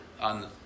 on